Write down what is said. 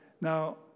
Now